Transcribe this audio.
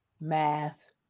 Math